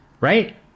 right